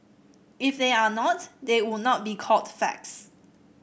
if they are not they would not be called facts